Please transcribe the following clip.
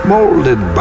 Molded